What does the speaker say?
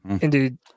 indeed